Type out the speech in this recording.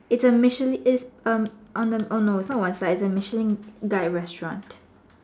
it's a Michelin its um oh no oh no it's not one star it's a Michelin guide restaurant